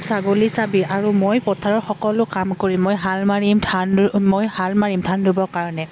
ছাগলী চাবি আৰু মই পথাৰৰ সকলো কাম কৰিম মই হাল মাৰিম ধান ৰু মই হাল মাৰিম ধান ৰুবৰ কাৰণে